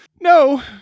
No